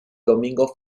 domingo